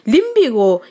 Limbigo